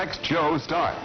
next show star